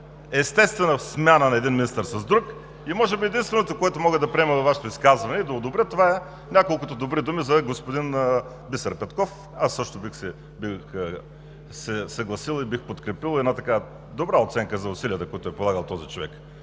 естествена смяна на един министър с друг. Може би единственото, което мога да приема от Вашето изказване, да го одобря, това са няколкото добри думи за господин Бисер Петков. Аз също бих се съгласил, бих подкрепил една такава добра оценка за усилията, които е полагал този човек.